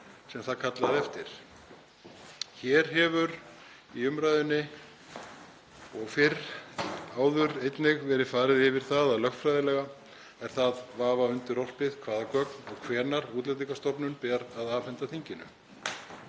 sem það kallaði eftir. Hér hefur í umræðunni og einnig fyrr verið farið yfir það að lögfræðilega er það vafa undirorpið hvaða gögn Útlendingastofnun ber að afhenda þinginu